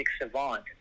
savant